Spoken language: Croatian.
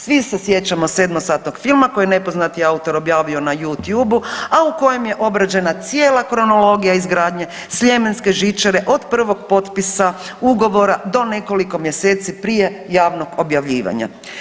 Svi se sjećamo sedmosatnog filma koji je nepoznati autor objavio na Youtube, a u kojem je obrađena cijela kronologija izgradnje sljemenske žičare od prvog potpisa ugovora do nekoliko mjeseci prije javnog objavljivanja.